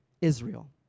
Israel